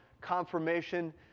confirmation